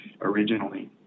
originally